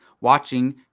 watching